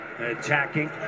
attacking